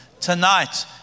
Tonight